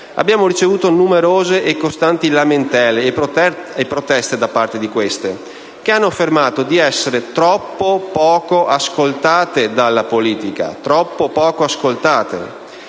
abbiamo ricevuto numerose e costanti lamentele e proteste da parte di queste, che hanno affermato di essere troppo poco ascoltate dalla politica: ripeto, troppo poco ascoltate.